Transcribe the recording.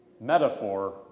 metaphor